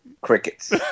Crickets